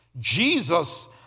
Jesus